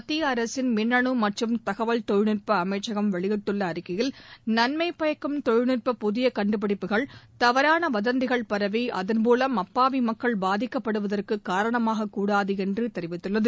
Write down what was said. மத்திய அரசின் மின்னு மற்றும் தகவல் தொழில்நுட்ப அமைச்சகம் வெளியிட்டுள்ள அறிக்கையில் நன்மை பயக்கும் தொழில்நுட்ப புதிய கண்டுபிடிப்புகள் தவறான வதந்திகள் பரவி அதன்மூலம் அப்பாவி மக்கள் பாதிக்கப்படுவதற்கு காரணமாகக் கூடாது என்று தெரிவித்துள்ளது